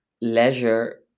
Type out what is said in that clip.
leisure